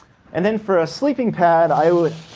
and then, for a sleeping pad, i would